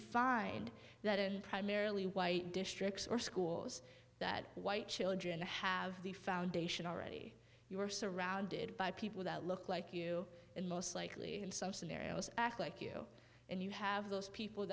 find that in primarily white districts or schools that white children to have the foundation already you are surrounded by people that look like you and most likely some scenarios act like you and you have those people